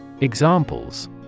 examples